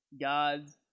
Gods